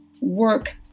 work